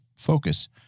Focus